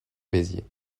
béziers